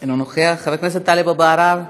אינו נוכח, חבר הכנסת טלב אבו עראר,